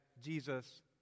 Jesus